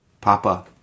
Papa